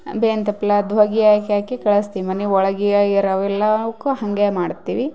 ಬೇವ್ನ ತಪ್ಪಲದ್ದು ಹೊಗಿ ಹಾಕಿ ಹಾಕಿ ಕಳಿಸ್ತೀವಿ ಮನೆ ಒಳಗೆ ಇರವಿಲ್ಲ ಅವುಕ್ಕು ಹಾಗೆ ಮಾಡ್ತೀವಿ